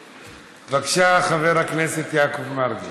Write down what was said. בבקשה, חבר הכנסת יעקב מרגי.